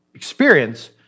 experience